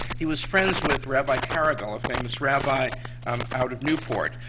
he was friends with rabbi carregal, a famous rabbi um out of newport.